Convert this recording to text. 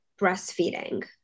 breastfeeding